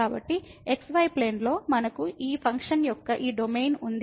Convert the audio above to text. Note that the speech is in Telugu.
కాబట్టి xy ప్లేన్ లో మనకు ఈ ఫంక్షన్ యొక్క ఈ డొమైన్ ఉంది